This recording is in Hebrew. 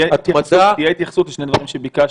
שתהיה התייחסות לשני דברים שביקשת,